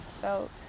felt